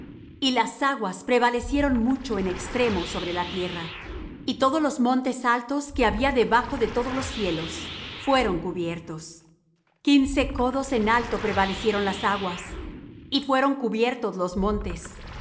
y las aguas prevalecieron mucho en extremo sobre la tierra y todos los montes altos que había debajo de todos los cielos fueron cubiertos quince codos en alto prevalecieron las aguas y fueron cubiertos los montes